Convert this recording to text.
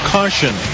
Caution